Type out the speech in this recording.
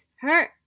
hurt